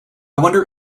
wonder